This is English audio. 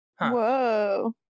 Whoa